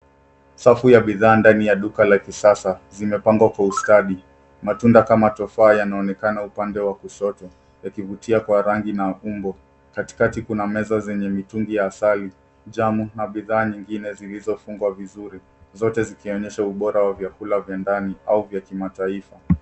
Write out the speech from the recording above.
Safu ya bidhaa ndani ya duka la kisasa. Zimepangwa kwa ustadi. Matunda kama tufaha yanaonekana upande wa kushoto yakivutia kwa rangi na umbo. Katikati kuna meza zenye mitungi ya asali, jamu na bidhaa nyingine zilizo fungwa vizuri, zote vikionyesha ubora wa vyakula vya ndani au vya kimataifa.